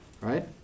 right